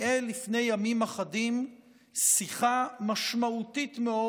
ניהל לפני ימים אחדים שיחה משמעותית מאוד,